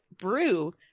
brew